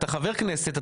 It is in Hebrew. אתה חבר כנסת,